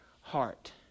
heart